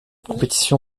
compétition